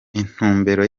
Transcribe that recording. intumbero